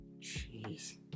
Jeez